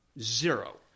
zero